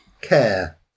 care